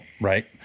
right